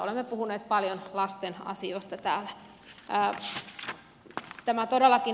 olemme puhuneet paljon lasten asioista täällä